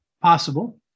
possible